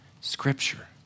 scripture